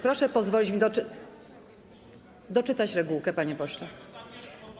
Proszę pozwolić mi doczytać regułkę, panie pośle.